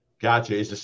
Gotcha